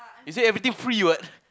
you say everything free what